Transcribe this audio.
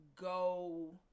go